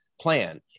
plan